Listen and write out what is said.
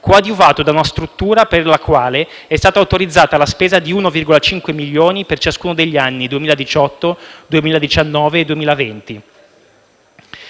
coadiuvato da una struttura per la quale è stata autorizzata la spesa di 1,5 milioni per ciascuno degli anni 2018, 2019 e 2020.